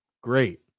great